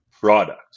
product